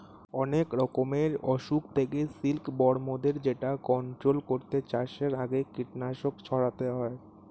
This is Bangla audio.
অনেক রকমের অসুখ থেকে সিল্ক বর্মদের যেটা কন্ট্রোল করতে চাষের আগে কীটনাশক ছড়াতে হয়